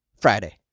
Friday